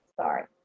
Sorry